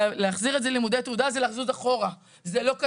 להחזיר את זה ללימודי תעודה זה להחזיר את זה אחורה.